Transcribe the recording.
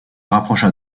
rapprocha